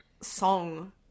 song